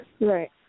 Right